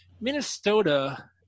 Minnesota